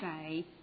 say